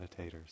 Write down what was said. meditators